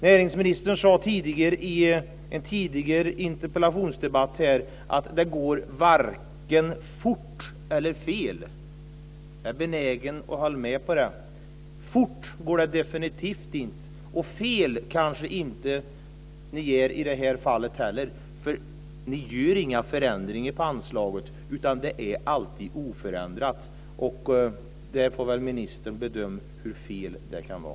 Näringsministern sade i en tidigare interpellationsdebatt att det inte ska gå vare sig fort och fel. Jag är benägen att hålla med. Fort går det definitivt inte. Ni kanske inte heller gör fel i det här fallet, för ni gör inga förändringar av anslaget alls. Det förblir alltid oförändrat. Ministern får väl bedöma hur fel det är.